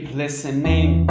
listening